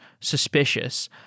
suspicious